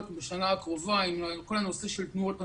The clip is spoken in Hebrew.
בשנה הקרובה עם כל הנושא של תנועות הנוער.